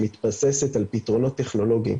שמתבססת על פתרונות טכנולוגיים,